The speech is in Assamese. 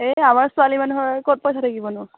এই আমাৰ ছোৱালী মানুহৰ ক'ত পইচা থাকিবনো